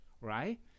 right